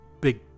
big